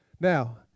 Now